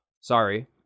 Sorry